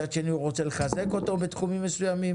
מצד שני הוא רוצה לחזק אותו בתחומים מסוימים,